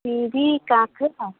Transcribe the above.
सिमी काँक्रा